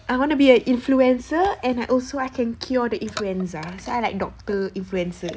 I want to be a influencer and I also I can cure the influenza so I like doctor influencer